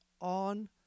on